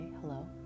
hello